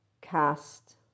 cast